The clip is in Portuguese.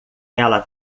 ela